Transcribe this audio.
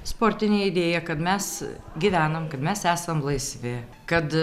sportinė idėją kad mes gyvenam kad mes esam laisvi kad